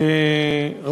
תודה לך,